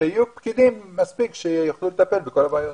שיהיו פקידים מספיק שיוכלו לטפל בכל הבעיות.